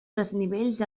desnivells